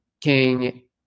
King